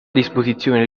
disposizione